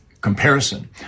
comparison